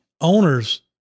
owners